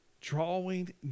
Drawing